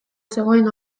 zegoen